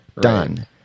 done